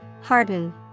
Harden